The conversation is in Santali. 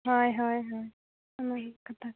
ᱦᱳᱭ ᱦᱳᱭ ᱦᱳᱭ ᱚᱱᱟ ᱜᱮ ᱠᱟᱛᱷᱟ